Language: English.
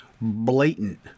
blatant